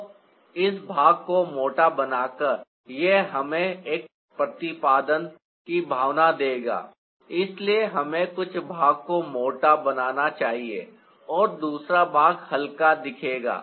तो इस भाग को मोटा बनाकर यह हमें एक प्रतिपादन की भावना देगा इसलिए हमें कुछ भागों को मोटा बनाना चाहिए और दूसरा भाग हल्का दिखेगा